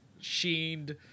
sheened